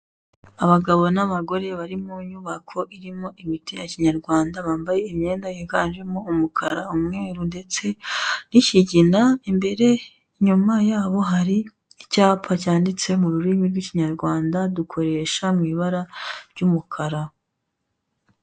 Abagabo n'abagore bari mu nyubako irimo imiti ya kinyarwanda, bambaye imyenda yiganjemo umukara, umweru ndetse n'ikigina imbere, inyuma yabo hari icyapa cyanditse mu rurimi rw'ikinyarwanda dukoresha mu ibara ry'umukara.